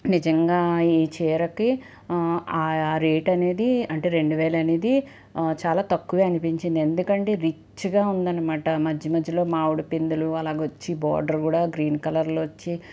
నిజంగా ఈ చీరకి ఆయా రేటు అనేది అంటే రెండువేలు అనేది చాలా తక్కువే అనిపించింది ఎందుకంటే రిచ్గా ఉందనమాట మధ్యమధ్యలో మామిడి పిందెలు అలాగొచ్చి బోర్డర్ కూడా గ్రీన్ కలర్లో వచ్చి